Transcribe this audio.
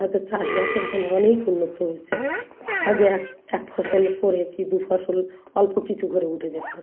তাদের চাষবাসে এখন অনেক উন্নত হয়েছে আগে এক এক ফসল করে কী দু ফসল অল্প কিছু করে উঠে যেত